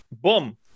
boom